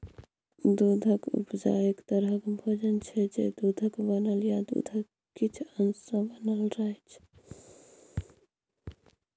दुधक उपजा एक तरहक भोजन छै जे दुधक बनल या दुधक किछ अश सँ बनल रहय छै